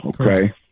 okay